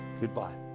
Goodbye